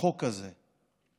בחוק הזה: